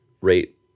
rate